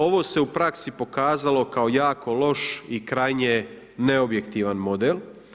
Ovo se u praksi pokazalo kao jako loš i krajnje neobjektivan model.